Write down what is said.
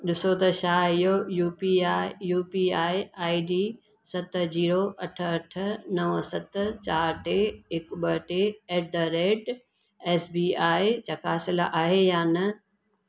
ॾिसो त छा इहो U P I U P I I D सत ज़ीरो अठ अठ नवं सत चार टे हिकु ॿ टे at the rate S B आहे चकासियलु आहे या न